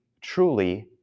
truly